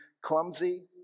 clumsy